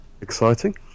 exciting